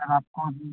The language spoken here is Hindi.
आप